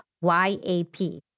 Y-A-P